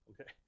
Okay